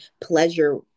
pleasure